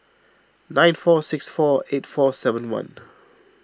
nine four six four eight four seven one